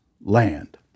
land